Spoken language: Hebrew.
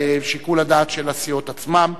בשיקול הדעת של הסיעות עצמן.